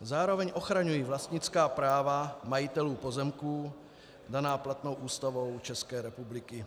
Zároveň ochraňují vlastnická práva majitelů pozemků daná platnou Ústavou České republiky.